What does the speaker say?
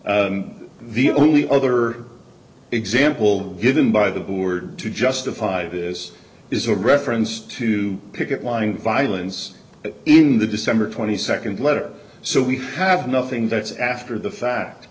brief the only other example given by the board to justify this is a reference to picket line violence in the december twenty second letter so we have nothing that's after the fact